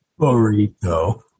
Burrito